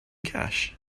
cash